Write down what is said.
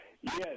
Yes